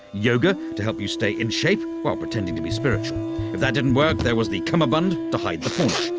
yoga to help you stay in shape while pretending to be spiritual. if that didn't work there was the cummerbund to hide the paunch,